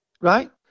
Right